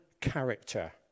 character